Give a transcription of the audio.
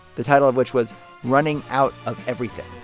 the title of which was running out of everything.